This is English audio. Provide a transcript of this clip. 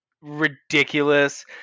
ridiculous